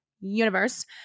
universe